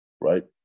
right